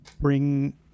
bring